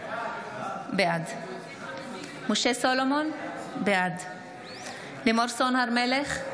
בעד משה סולומון, בעד לימור סון הר מלך,